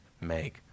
make